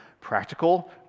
Practical